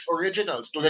originals